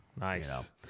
Nice